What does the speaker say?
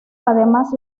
además